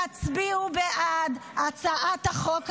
תצביעו בעד הצעת החוק הזו,